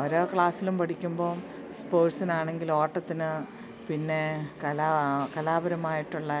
ഓരോ ക്ലാസ്സിലും പഠിക്കുമ്പോൾ സ്പോർട്സിനാണെങ്കിൽ ഓട്ടത്തിന് പിന്നെ കലാ കലാപരമായിട്ടുള്ള